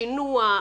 שינוע,